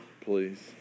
please